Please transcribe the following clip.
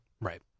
right